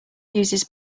uses